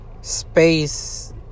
space